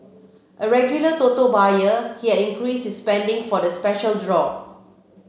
a regular Toto buyer he had increased his spending for the special draw